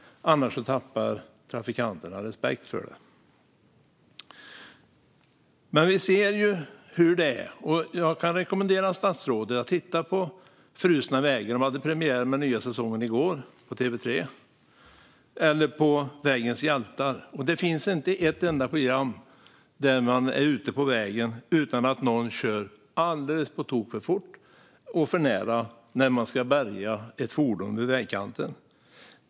Annars tappar trafikanterna respekt för skyltarna. Vi ser hur det är. Jag kan rekommendera statsrådet att titta på Frusna vägar . Den nya säsongen hade premiär i går på TV3. Eller titta på Vägens hjältar . Det finns inte ett enda avsnitt där de är ute på vägen utan att någon kör alldeles på tok för fort och för nära när de ska bärga ett fordon vid vägkanten.